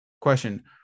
Question